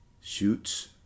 Shoots